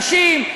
נשים,